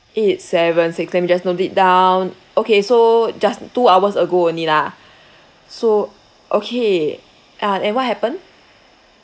eight seven six let me just note it down okay so just two hours ago only lah so okay ah and what happened